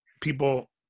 people